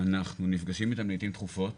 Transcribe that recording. אנחנו נפגשים איתם לעתים תכופות.